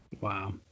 Wow